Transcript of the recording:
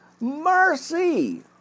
Mercy